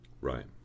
Right